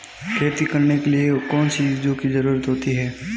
खेती करने के लिए कौनसी चीज़ों की ज़रूरत होती हैं?